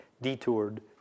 detoured